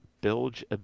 Bilge